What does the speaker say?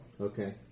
Okay